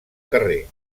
carrer